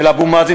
של אבו מאזן,